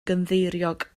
gynddeiriog